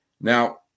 Now